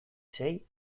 sei